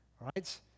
right